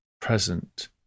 present